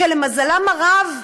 שלמזלם הרב,